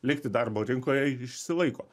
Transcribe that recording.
likti darbo rinkoje išsilaiko